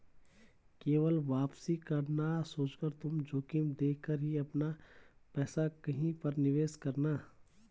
केवल वापसी का ना सोचकर तुम जोखिम देख कर ही अपना पैसा कहीं पर निवेश करना